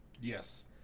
Yes